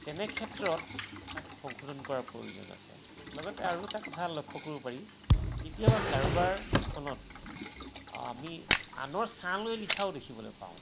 তেনে ক্ষেত্ৰত তাক সংশোধন কৰাৰ প্ৰয়োজন আছে লগতে আৰু এটা কথা লক্ষ্য কৰিব পাৰি কেতিয়াবা কাৰোবাৰ লিখনত অ আমি আনৰ ছাঁ লৈ লিখাও দেখিবলৈ পাওঁ